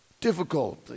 difficulty